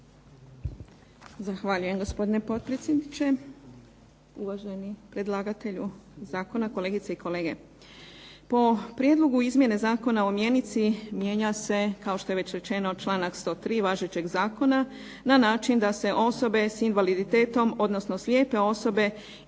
Zahvaljujem, gospodine potpredsjedniče. Uvaženi predlagatelju zakona, kolegice i kolege. Po prijedlogu izmjene Zakona o mjenici mijenja se, kao što je već rečeno, članak 103. važećeg zakona na način da se osobe s invaliditetom, odnosno slijepe osobe